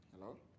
Hello